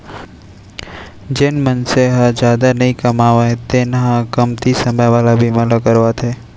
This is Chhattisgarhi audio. जेन मनसे ह जादा नइ कमावय तेन ह कमती समे वाला बीमा ल करवाथे